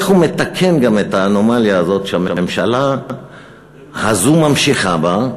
איך הוא מתקן גם את האנומליה הזאת שהממשלה הזו ממשיכה בה,